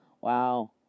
Wow